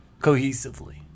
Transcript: cohesively